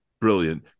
brilliant